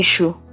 issue